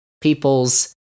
people's